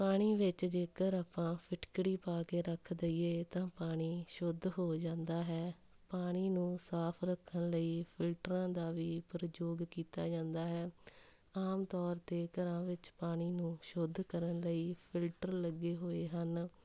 ਪਾਣੀ ਵਿੱਚ ਜੇਕਰ ਆਪਾਂ ਫਿਟਕਰੀ ਪਾ ਕੇ ਰੱਖ ਦਈਏ ਤਾਂ ਪਾਣੀ ਸ਼ੁੱਧ ਹੋ ਜਾਂਦਾ ਹੈ ਪਾਣੀ ਨੂੰ ਸਾਫ਼ ਰੱਖਣ ਲਈ ਫਿਲਟਰਾਂ ਦਾ ਵੀ ਪ੍ਰਯੋਗ ਕੀਤਾ ਜਾਂਦਾ ਹੈ ਆਮ ਤੌਰ 'ਤੇ ਘਰਾਂ ਵਿੱਚ ਪਾਣੀ ਨੂੰ ਸ਼ੁੱਧ ਕਰਨ ਲਈ ਫਿਲਟਰ ਲੱਗੇ ਹੋਏ ਹਨ